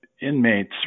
inmates